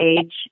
age